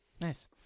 Nice